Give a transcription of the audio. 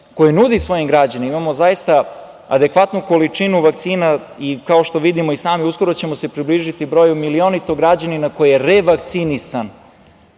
koje nudi svojim građanima. Imamo zaista adekvatnu količinu vakcina i kao što vidimo i sami uskoro ćemo se približiti broju milionitog građanina koji je revakcinisan